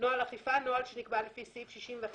"נוהל אכיפה" נוהל שנקבע לפי סעיף61טו1,